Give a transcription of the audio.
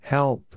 Help